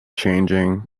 changing